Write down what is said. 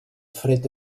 fred